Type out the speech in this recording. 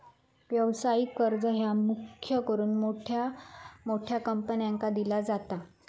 व्यवसायिक कर्ज ह्या मुख्य करून मोठ्या मोठ्या कंपन्यांका दिला जाता